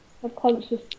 subconscious